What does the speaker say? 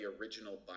original